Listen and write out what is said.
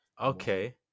Okay